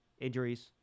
Injuries